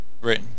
Right